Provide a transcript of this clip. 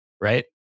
right